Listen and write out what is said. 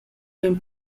vegn